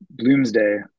Bloomsday